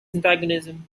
antagonism